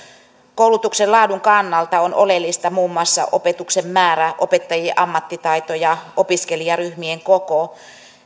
koulutuksen laadun kannalta on oleellista muun muassa opetuksen määrä opettajien ammattitaito ja opiskelijaryhmien koko